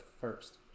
first